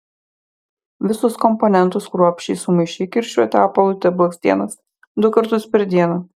visus komponentus kruopščiai sumaišyk ir šiuo tepalu tepk blakstienas du kartus per dieną